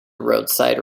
roadside